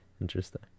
Interesting